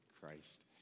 Christ